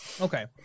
okay